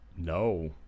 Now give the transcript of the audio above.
No